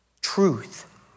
truth